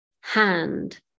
hand